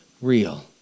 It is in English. real